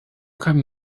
come